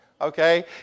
Okay